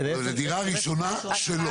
כן, אבל זה דירה ראשונה שלו.